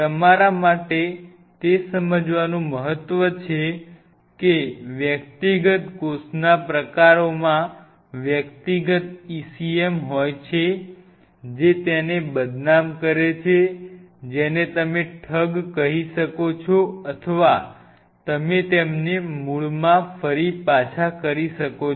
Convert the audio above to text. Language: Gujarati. તમારા માટે તે સમજવાનું મહત્વ છે કે વ્યક્તિગત કોષના પ્રકારોમાં વ્યક્તિગત ECM હોય છે જે તેને બદનામ કરે છે જેને તમે ઠગ કહી શકો છો અથવા તમે તેમને મૂળમાં ફરી પાછા કરી શકો છો